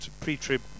pre-trib